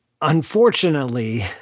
Unfortunately